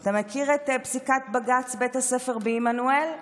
אתה מכיר את פסיקת בג"ץ בית הספר בעמנואל?